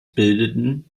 bildeten